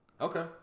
Okay